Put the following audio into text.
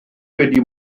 wedi